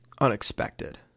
unexpected